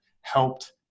helped